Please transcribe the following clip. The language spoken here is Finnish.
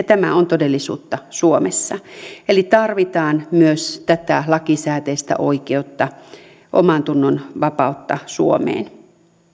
tämä on todellisuutta suomessa eli tarvitaan myös tätä lakisääteistä oikeutta omantunnonvapautta suomeen